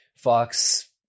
Fox